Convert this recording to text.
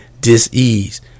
dis-ease